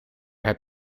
heb